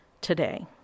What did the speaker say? today